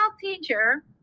teacher